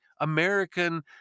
American